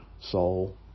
soul